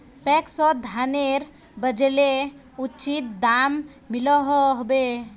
पैक्सोत धानेर बेचले उचित दाम मिलोहो होबे?